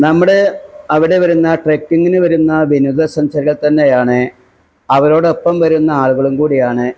നമ്മുടെ അവിടെ വരുന്ന ട്രക്കിങ്ങിന് വരുന്ന വിനോദസഞ്ചാരികൾ തന്നെയാണ് അവരോടൊപ്പം വരുന്ന ആളുകളും കൂടിയാണ്